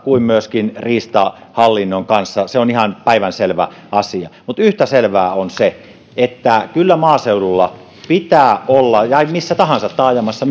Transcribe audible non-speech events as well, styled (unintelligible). kuin myöskin riistahallinnon kanssa se on ihan päivänselvä asia mutta yhtä selvää on se että kyllä maaseudulla ja missä tahansa taajamassa (unintelligible)